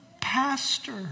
pastor